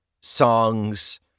songs